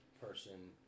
person